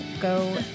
go